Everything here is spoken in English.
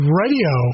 radio